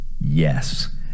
yes